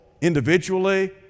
individually